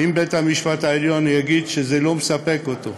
אם בית-המשפט העליון יגיד שזה לא מספק אותו,